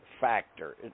factor